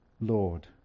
Lord